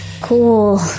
Cool